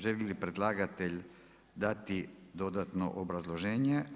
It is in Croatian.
Želi li predlagatelj dati dodatno obrazloženje?